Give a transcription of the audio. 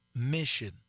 mission